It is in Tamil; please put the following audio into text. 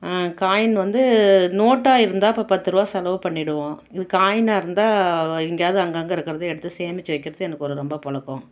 காயின் வந்து நோட்டாக இருந்தால் இப்போ பத்துருவா செலவு பண்ணிவிடுவோம் இது காயினாக இருந்தால் எங்கேயாவுது அங்கே அங்கே இருக்கிறது எடுத்து சேமிச்சு வைக்கறது எனக்கு ஒரு ரொம்ப பழக்கோம்